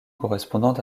correspondant